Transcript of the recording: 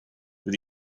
that